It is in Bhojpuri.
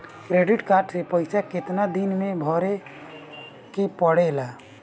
क्रेडिट कार्ड के पइसा कितना दिन में भरे के पड़ेला?